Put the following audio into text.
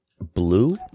blue